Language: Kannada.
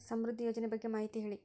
ಸಮೃದ್ಧಿ ಯೋಜನೆ ಬಗ್ಗೆ ಮಾಹಿತಿ ಹೇಳಿ?